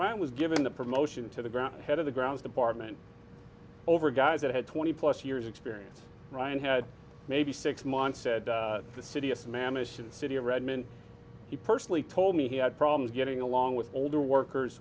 aunt was given the promotion to the ground head of the grounds department over a guy that had twenty plus years experience ryan had maybe six months said the city of man mission city of redmond he personally told me he had problems getting along with older workers